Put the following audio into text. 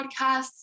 podcasts